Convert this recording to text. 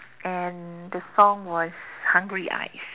and the song was hungry eyes